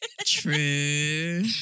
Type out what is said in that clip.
True